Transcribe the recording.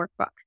workbook